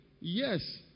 yes